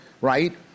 right